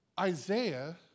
Isaiah